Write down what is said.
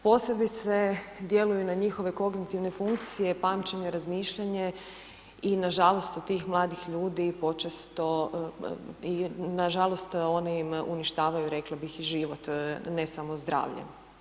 Posebice, djeluju na njihove kogentivne funkcije, pamćenje, razmišljanje i nažalost, od tih mladih ljudi počesto, nažalost, oni im uništavaju, rekla bih, život, ne samo zdravlje.